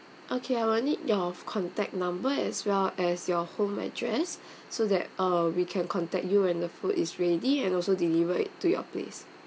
okay I will need your contact number as well as your home address so that uh we can contact you when the food is ready and also deliver it to your place